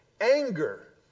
anger